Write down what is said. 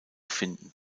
finden